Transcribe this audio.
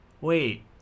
wait